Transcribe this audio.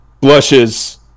blushes